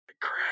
crap